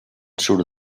surt